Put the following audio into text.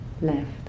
left